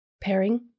Pairing